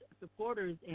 supporters